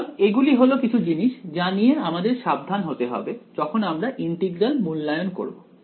সুতরাং এগুলি হল কিছু জিনিস যা নিয়ে আমাদের সাবধান হতে হবে যখন আমরা ইন্টিগ্রাল মূল্যায়ন করব